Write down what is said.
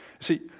See